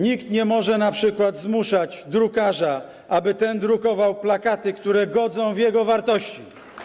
Nikt nie może np. zmuszać drukarza, aby ten drukował plakaty, które godzą w jego wartości.